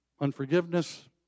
unforgiveness